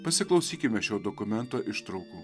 pasiklausykime šio dokumento ištraukų